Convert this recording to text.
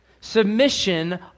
Submission